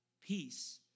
peace